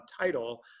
title